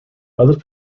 others